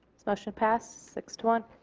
this motion passed six to one.